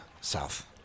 south